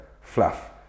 fluff